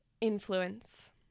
influence